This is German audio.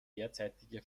derzeitige